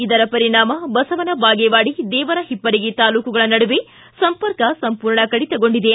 ಇದರ ಪರಿಣಾಮ ಬಸವನ ಬಾಗೇವಾಡಿ ದೇವರ ಹಿಪ್ಪರಗಿ ತಾಲೂಕುಗಳ ನಡುವೆ ಸಂಪರ್ಕ ಸಂಪೂರ್ಣ ಕಡಿತಗೊಂಡಿದೆ